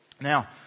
Now